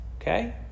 Okay